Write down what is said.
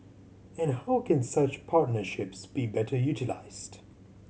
and how can such partnerships be better utilised